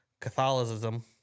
Catholicism